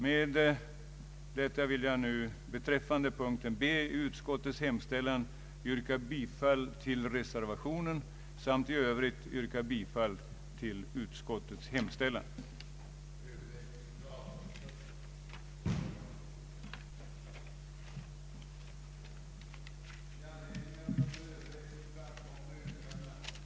Med detta vill jag beträffande punkten B i utskottets hemställan yrka bifall till reservationen samt yrka bifall till utskottets hemställan i övrigt.